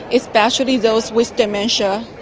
especially those with dementia.